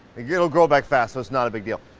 yeah it'll grow back fast so it's not a big deal.